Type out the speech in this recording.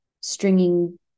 stringing